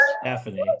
Stephanie